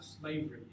slavery